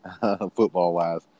football-wise